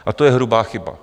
A to je hrubá chyba.